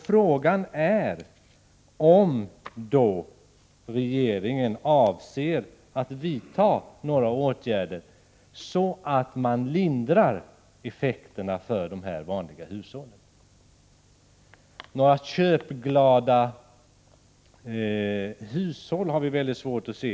Frågan är då om regeringen avser att vidta några åtgärder för att lindra effekterna för de vanliga hushållen. Några köpglada vanliga hushåll har vi väl inte sett.